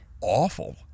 awful